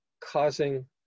causing